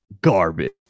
garbage